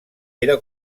era